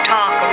Talk